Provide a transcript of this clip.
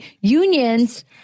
unions